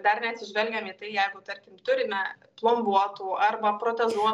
dar neatsižvelgiam į tai jeigu tarkim turime plombuotų arba protezuo